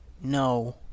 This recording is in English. No